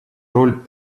роль